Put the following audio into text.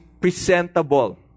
presentable